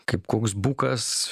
kaip koks bukas